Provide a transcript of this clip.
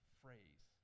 phrase